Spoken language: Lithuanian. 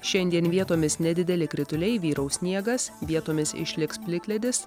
šiandien vietomis nedideli krituliai vyraus sniegas vietomis išliks plikledis